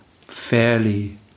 fairly